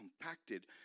compacted